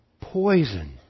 poison